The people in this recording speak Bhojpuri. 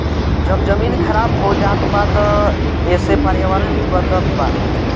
जब जमीन खराब होत जात बा त एसे पर्यावरण भी बदलत बा